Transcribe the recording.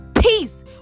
peace